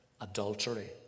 adultery